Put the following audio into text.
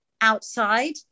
outside